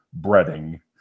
breading